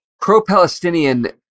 pro-palestinian